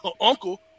uncle